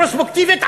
פרוספקטיבית,